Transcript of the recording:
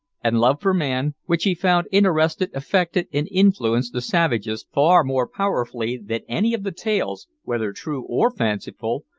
and love for man, which he found interested, affected, and influenced the savages far more powerfully than any of the tales, whether true or fanciful,